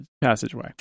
passageway